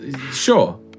sure